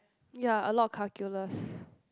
ya a lot of calculus